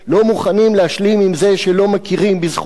לא מוכנים להשלים עם זה שלא מכירים בזכותה